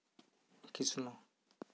ᱠᱤᱥᱱᱚ